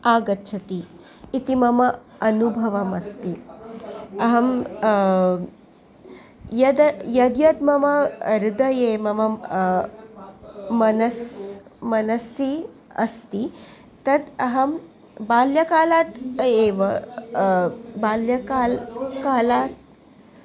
आगच्छति इति मम अनुभवमस्ति अहं यद् यद्यद् मम हृदये मम मनसि मनसि अस्ति तत् अहं बाल्यकालात् एव बाल्यकाले कालात्